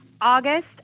August